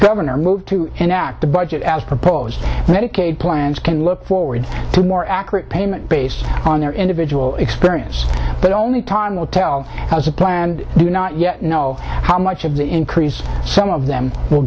governor moved to enact the budget as proposed medicaid plans can look forward to more accurate payment based on their individual experience but only time will tell as a planned do not yet know how much of the increase some of them will